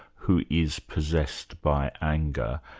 who is possessed by anger,